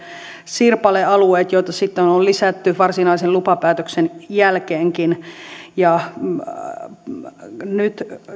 sirpalealueet joita sitten on on lisätty varsinaisen lupapäätöksen jälkeenkin nyt